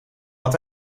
had